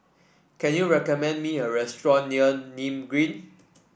can you recommend me a restaurant near Nim Green